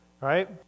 Right